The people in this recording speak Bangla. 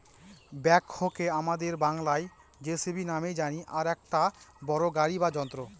ব্যাকহোকে আমাদের বাংলায় যেসিবি নামেই জানি আর এটা একটা বড়ো গাড়ি বা যন্ত্র